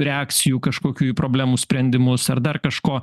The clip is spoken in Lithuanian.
reakcijų kažkokių į problemų sprendimus ar dar kažko